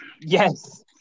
Yes